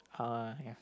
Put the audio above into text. how ah